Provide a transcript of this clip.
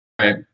Right